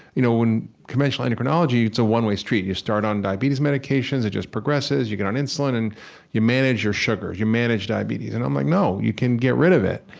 you know in conventional endocrinology, it's a one-way street. you start on diabetes medications, it just progresses, you get on insulin and you manage your sugars, you manage diabetes. and i'm like, no, you can get rid of it.